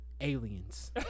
aliens